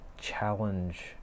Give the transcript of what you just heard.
challenge